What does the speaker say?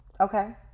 Okay